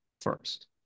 first